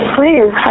Please